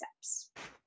steps